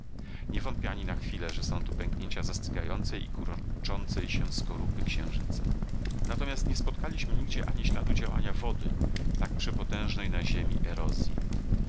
nie wątpię ani na chwilę że są to pęknięcia zastygającej i kurczącej się skorupy księżyca natomiast nie spotkaliśmy nigdzie ani śladu działania wody tak przepotężnej na ziemi erozji